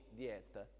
dieta